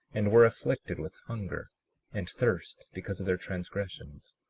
and were afflicted with hunger and thirst, because of their transgressions.